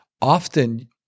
often